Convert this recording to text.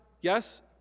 Yes